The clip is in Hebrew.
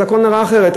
אז הכול נראה אחרת.